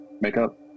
makeup